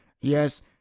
yes